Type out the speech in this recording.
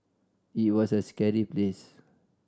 it was a scary place